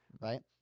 right